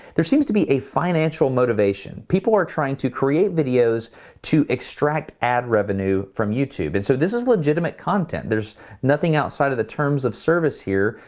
there seems to be a financial motivation. people are trying to create videos to extract ad revenue from youtube. and so this is legitimate content. there's nothing outside of the terms of service here,